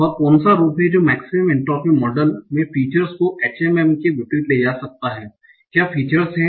वह कौन सा रूप है जो मेक्सिमम एन्ट्रापी मॉडल में फीचर्स को HMM के विपरीत ले जा सकता है क्या फीचर्स हैं